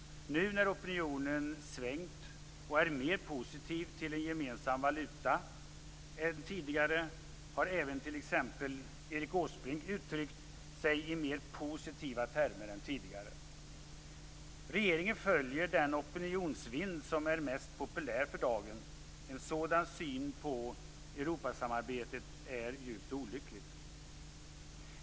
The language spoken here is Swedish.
Nu när opinionen svängt och är mer positiv till en gemensam valuta än tidigare har även t.ex. Erik Åsbrink uttryckt sig i mer positiva termer än tidigare. Regeringen följer den opinionsvind som är mest populär för dagen. En sådan syn på Europasamarbetet är djupt olyckligt.